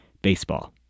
baseball